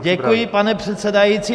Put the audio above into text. Děkuji, pane předsedající.